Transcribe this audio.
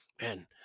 Man